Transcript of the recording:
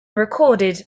recorded